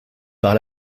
par